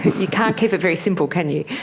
you can't keep it very simple, can you?